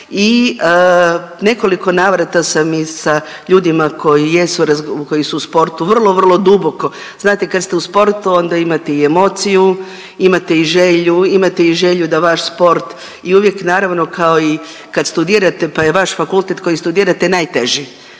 i nekoliko navrata sam i sa ljudima koji jesu, koji su u sportu vrlo, vrlo duboko, znate kad ste u sportu onda imate i emociju, imate i želju, imate i želju da vaš sport i uvijek naravno kao i kad studirate pa je vaš fakultet koji studirate najteži